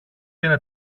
είναι